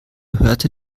hörte